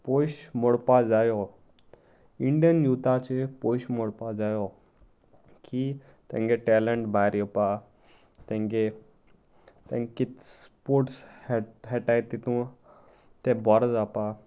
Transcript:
पयशे मोडपा जायो इंडियन युथाचेर पयशे मोडपा जायो की तेंगे टॅलंट भायर येवपा तेंगे तें स्पोर्ट्स खेळटाय तितू ते बरो जावपा